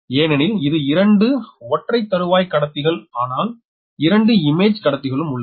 ஏனெனில் இது இரண்டு ஒற்றை தறுவாய் கடத்திகள் ஆனால் இரண்டு இமேஜ்கடத்திகளும் உள்ளன